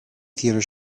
theatre